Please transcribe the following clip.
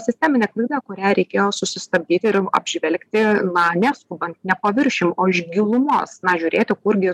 sisteminė klaida kurią reikėjo susistabdyti ir apžvelgti na neskubant ne paviršium o iš gilumos na žiūrėti kurgi